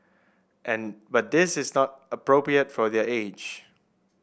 and but this is not appropriate for their age